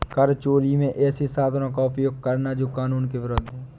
कर चोरी में ऐसे साधनों का उपयोग करना जो कानून के विरूद्ध है